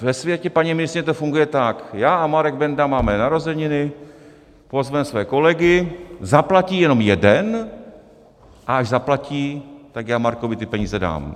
Ve světě paní ministryně to funguje tak: Já a Marek Benda máme narozeniny, pozveme svoje kolegy, zaplatí jenom jeden, a až zaplatí, tak já Markovi ty peníze dám.